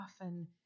often